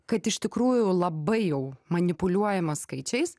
kad iš tikrųjų labai jau manipuliuojama skaičiais